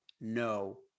no